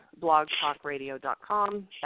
blogtalkradio.com